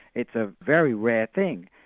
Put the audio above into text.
it's a very rare thing.